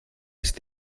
ist